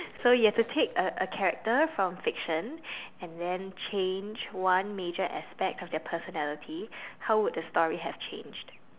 so you have to take a a character from fiction and then change one major aspect of their personality how would the story have changed